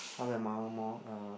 half an hour more uh